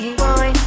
boy